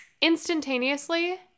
instantaneously